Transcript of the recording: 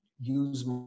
use